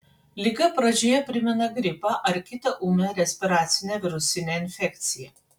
liga pradžioje primena gripą ar kitą ūmią respiracinę virusinę infekciją